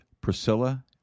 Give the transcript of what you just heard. Priscilla